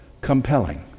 compelling